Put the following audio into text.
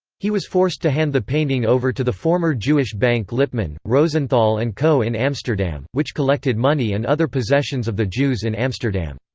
he was forced to hand the painting over to the former jewish bank lippmann, rosenthal and co in amsterdam, which collected money and other possessions of the jews in amsterdam.